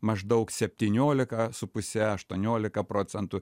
maždaug septyniolika su puse aštuoniolika procentų